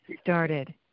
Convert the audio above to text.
started